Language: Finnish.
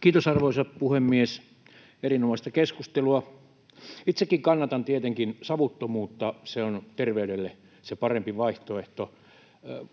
Kiitos, arvoisa puhemies! Erinomaista keskustelua. Itsekin kannatan tietenkin savuttomuutta, se on terveydelle se parempi vaihtoehto.